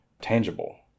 tangible